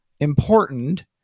important